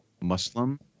Muslim